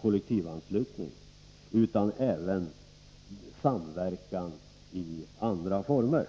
kollektivanslutning utan även samverkan i andra former.